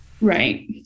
Right